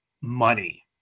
money